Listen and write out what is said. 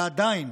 ועדיין